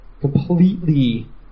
completely